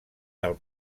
del